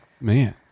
Man